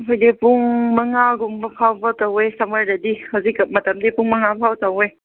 ꯑꯩꯈꯣꯏꯗꯤ ꯄꯨꯡ ꯃꯉꯥꯒꯨꯝꯕ ꯐꯥꯎꯕ ꯇꯧꯋꯦ ꯁꯝꯃꯔꯗꯗꯤ ꯍꯧꯖꯤꯛ ꯃꯇꯝꯗꯤ ꯄꯨꯡ ꯃꯉꯥ ꯐꯥꯎꯕ ꯇꯧꯋꯦ